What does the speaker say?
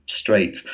straight